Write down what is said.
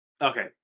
Okay